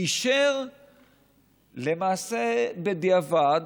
אישר למעשה בדיעבד